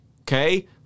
Okay